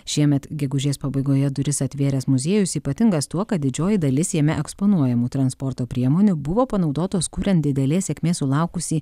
šiemet gegužės pabaigoje duris atvėręs muziejus ypatingas tuo kad didžioji dalis jame eksponuojamų transporto priemonių buvo panaudotos kuriant didelės sėkmės sulaukusį